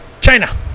China